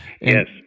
Yes